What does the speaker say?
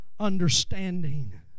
Understanding